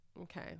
Okay